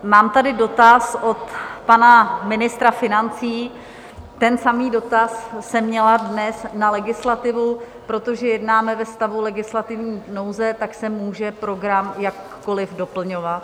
Mám tady dotaz od pana ministra financí, ten samý dotaz jsem měla dnes na legislativu: protože jednáme ve stavu legislativní nouze, tak se může program jakkoliv doplňovat.